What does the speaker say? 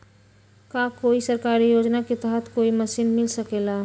का कोई सरकारी योजना के तहत कोई मशीन मिल सकेला?